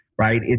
right